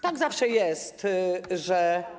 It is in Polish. Tak zawsze jest, że.